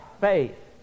faith